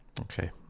Okay